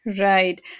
Right